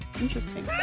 Interesting